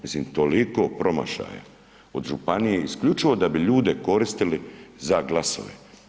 Mislim toliko promašaja od županije isključivo da bi ljude koristili za glasove.